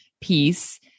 piece